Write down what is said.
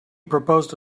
proposed